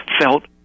felt